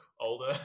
older